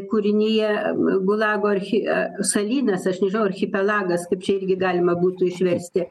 kūrinyje gulago archi a salynas aš nežinau archipelagas kaip čia irgi galima būtų išversti